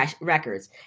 records